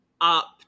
up